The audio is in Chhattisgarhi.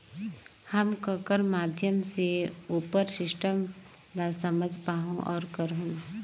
हम ककर माध्यम से उपर सिस्टम ला समझ पाहुं और करहूं?